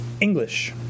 English